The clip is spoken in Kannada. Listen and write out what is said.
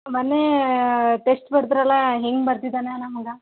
ಮೊನ್ನೆ ಟೆಸ್ಟ್ ಬರದ್ರಲ್ಲ ಹೆಂಗೆ ಬರೆದಿದ್ದಾನೆ ನಮ್ಮ ಮಗ